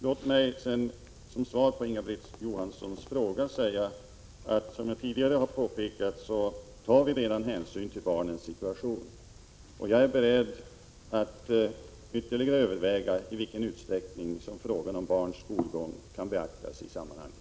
Låt mig som svar på Inga-Britt Johanssons fråga säga att vi, som jag tidigare påpekade, redan tar hänsyn till barnens situation. Jag är beredd att ytterligare överväga i vilken utsträckning barnens skolgång kan beaktas i sammanhanget.